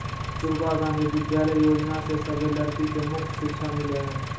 कस्तूरबा गांधी विद्यालय योजना से सभे लड़की के मुफ्त शिक्षा मिला हई